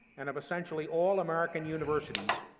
and of essentially all american universities,